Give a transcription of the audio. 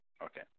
Okay